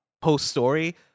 post-story